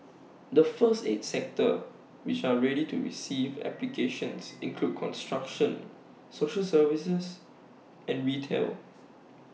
the first eight sectors which are ready to receive applications include construction social services and retail